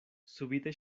subite